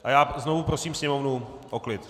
A já znovu prosím sněmovnu o klid!